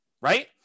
right